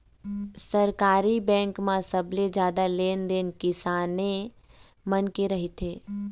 सहकारी बेंक म सबले जादा लेन देन किसाने मन के रथे